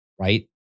right